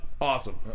Awesome